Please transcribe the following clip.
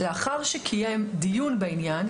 לאחר שקיים דיון בעניין,